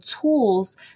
tools